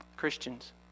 Christians